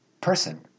person